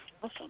Awesome